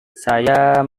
saya